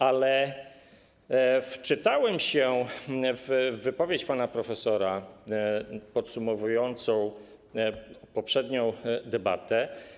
Ale wczytałem się w wypowiedź pana profesora podsumowującą poprzednią debatę.